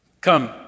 come